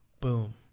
Boom